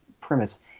premise